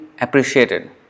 appreciated